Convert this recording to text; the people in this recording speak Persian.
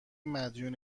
مدیون